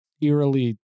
eerily